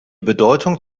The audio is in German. bedeutung